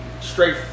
straight